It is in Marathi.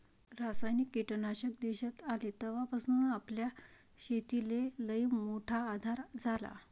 रासायनिक कीटकनाशक देशात आले तवापासून आपल्या शेतीले लईमोठा आधार झाला